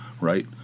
right